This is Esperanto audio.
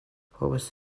povas